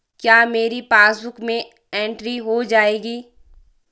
क्या मेरी पासबुक में एंट्री हो जाएगी?